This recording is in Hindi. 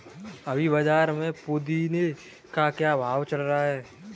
अभी बाज़ार में पुदीने का क्या भाव चल रहा है